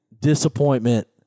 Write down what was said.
disappointment